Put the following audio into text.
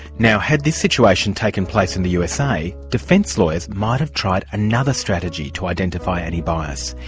now had this situation taken place in the usa, defence lawyers might have tried another strategy to identify any bias.